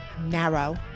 narrow